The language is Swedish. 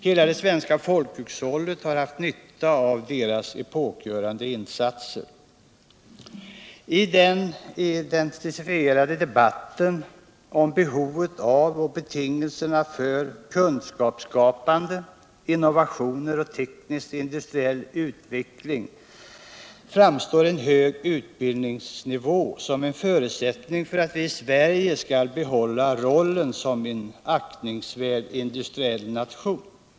Hela det svenska folkhushållet har haft nytta av deras epokgörande insatser. I den intensifierade debatten om behovet av och betingelserna för kunskapsskapande, innovationer och teknisk industriell utveckling framstår en hög utbildningsnivå som en förutsättning för att vi i Sverige skall få behålla rollen som en aktningsvärd industriell nation.